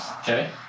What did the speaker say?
Okay